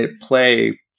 play